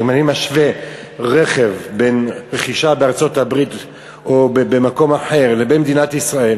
אם אני משווה רכב ברכישה בארצות-הברית או במקום אחר לבין מדינת ישראל,